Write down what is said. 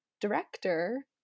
director